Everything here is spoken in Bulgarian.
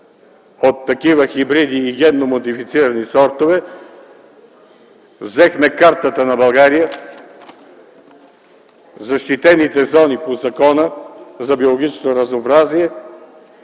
от такива хибриди и генно модифицирани сортове, взехме картата на България, защитените зони по Закона за биологичното разнообразие